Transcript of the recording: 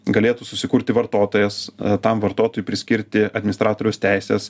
galėtų susikurti vartotojas tam vartotojui priskirti administratoriaus teises